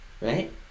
Right